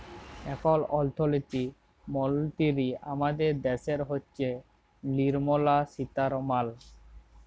এখল অথ্থলিতি মলতিরি আমাদের দ্যাশের হচ্ছেল লির্মলা সীতারামাল